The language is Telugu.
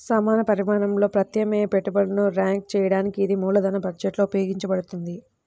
సమాన పరిమాణంలో ప్రత్యామ్నాయ పెట్టుబడులను ర్యాంక్ చేయడానికి ఇది మూలధన బడ్జెట్లో ఉపయోగించబడుతుంది